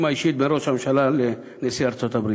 האישית בין ראש הממשלה לנשיא ארצות-הברית.